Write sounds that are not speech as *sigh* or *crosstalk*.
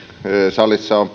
salissa on *unintelligible*